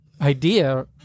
idea